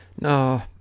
No